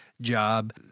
job